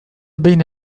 بين